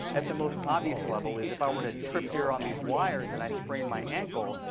at the most obvious level, is if i were to trip here on these wires and i sprained my ankle,